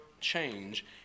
change